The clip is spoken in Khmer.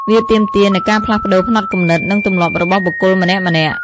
វាទាមទារនូវការផ្លាស់ប្តូរផ្នត់គំនិត និងទម្លាប់របស់បុគ្គលម្នាក់ៗ។